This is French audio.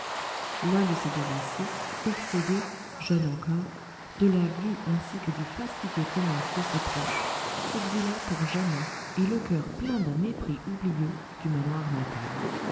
l'un de ces devanciers excédé jeune encore de la vue ainsi que du fastidieux commerce de ses proches s'exila pour jamais et le cœur plein d'un mépris oublieux du manoir natal